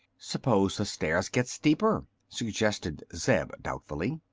suppose the stairs get steeper? suggested zeb, doubtfully.